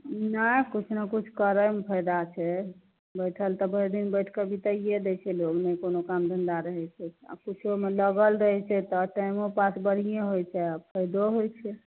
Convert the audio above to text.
नहि किछु ने किछु करयमे फायदा छै बैठल तऽ भरि दिन बैठके बिताइए दै छै लोक ने कोनो काम धन्धा रहय छै आओर कुछोमे लागल रहय छै तऽ टाइमो पास बढ़ियेँ होइ छै आओर फायदो होइ छै